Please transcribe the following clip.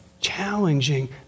challenging